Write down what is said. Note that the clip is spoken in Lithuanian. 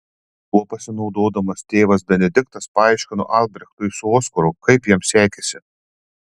tuo pasinaudodamas tėvas benediktas paaiškino albrechtui su oskaru kaip jam sekėsi